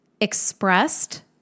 expressed